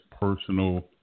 personal